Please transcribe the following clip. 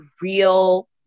real